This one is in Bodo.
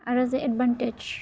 आरो जे एदभान्टेज